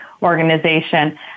organization